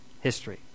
history